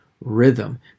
rhythm